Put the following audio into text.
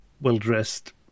well-dressed